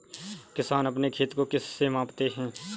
किसान अपने खेत को किससे मापते हैं?